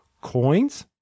coins